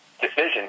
decision